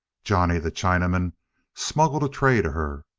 johnny the chinaman smuggled a tray to her.